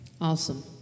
Awesome